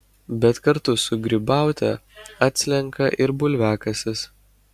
bet kartu su grybaute atslenka ir bulviakasis